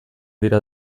dira